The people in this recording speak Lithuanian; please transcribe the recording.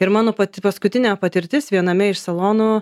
ir mano pati paskutinė patirtis viename iš salonų